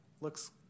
looks